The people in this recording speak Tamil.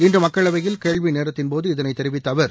இன்று மக்களவையில் கேள்விநேரத்தின்போது இதனை தெரிவித்த அவர்